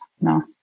no